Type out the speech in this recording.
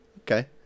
Okay